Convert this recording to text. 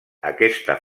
aquesta